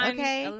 Okay